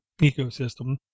ecosystem